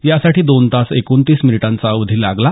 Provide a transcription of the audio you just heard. यासाठी दोन तास एकोणतीस मिनिटांचा अवधी लागला